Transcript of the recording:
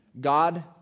God